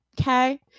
okay